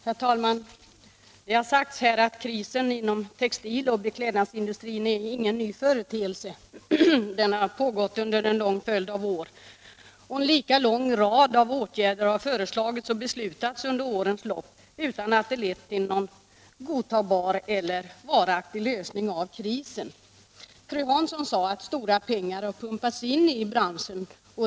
Herr talman! Det har sagts här att krisen inom textiloch beklädnadsindustrin inte är någon ny företeelse, den har pågått under en lång följd av år. En lika lång rad av åtgärder har föreslagits och beslutats under årens lopp utan att det lett till någon godtagbar eller varaktig lösning av krisen. Fru Hansson sade att stora pengar har pumpats in i branschen.